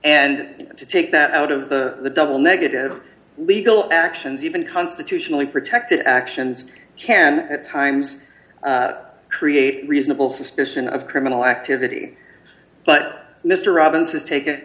and to take that out of the double negative legal actions even constitutionally protected actions can at times create reasonable suspicion of criminal activity but mr robbins has taken